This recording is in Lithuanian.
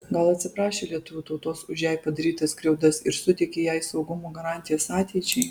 gal atsiprašė lietuvių tautos už jai padarytas skriaudas ir suteikė jai saugumo garantijas ateičiai